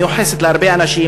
מיוחסת להרבה אנשים,